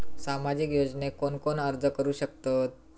सामाजिक योजनेक कोण कोण अर्ज करू शकतत?